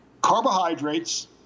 Carbohydrates